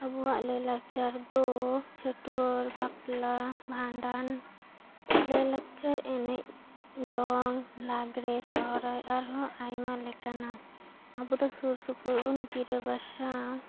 ᱟᱵᱚᱣᱟᱜ ᱞᱟᱹᱭ ᱞᱟᱠᱪᱟᱨ ᱫᱚ ᱪᱷᱟᱹᱴᱭᱟᱹᱨ ᱵᱟᱯᱞᱟ ᱵᱷᱟᱸᱰᱟᱱ ᱞᱟᱹᱭ ᱞᱟᱠᱪᱟᱨ ᱮᱱᱮᱡ ᱫᱚᱝ ᱞᱟᱜᱽᱬᱮ ᱥᱚᱦᱨᱟᱭ ᱟᱨᱦᱚᱸ ᱟᱭᱢᱟ ᱞᱮᱠᱟᱱᱟᱜ ᱟᱵᱚᱫᱚ ᱥᱩᱨ ᱥᱩᱯᱩᱨ ᱵᱚᱱ ᱜᱤᱨᱟᱹ ᱵᱟᱥᱟ